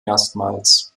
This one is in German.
erstmals